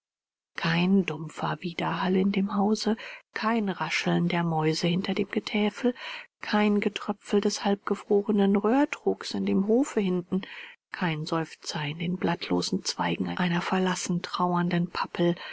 kein dumpfer widerhall in dem hause kein rascheln der mäuse hinter dem getäfel kein getröpfel des halbgefrorenen röhrtrogs in dem hofe hinten kein seufzer in den blattlosen zweigen einer verlassen trauernden pappel